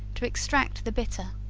to extract the bitter,